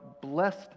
blessed